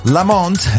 Lamont